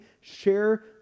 share